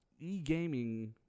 E-gaming